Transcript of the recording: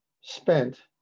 spent